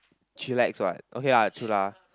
chillax what okay lah true lah